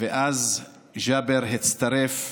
ואז ג'אבר הצטרף,